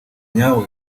nyawe